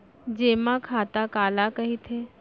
जेमा खाता काला कहिथे?